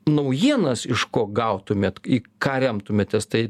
naujienas iš ko gautumėt į ką remtumėtės tai